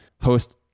host